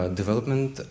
development